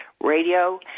radio